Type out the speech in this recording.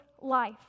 life